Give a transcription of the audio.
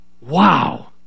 wow